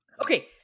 Okay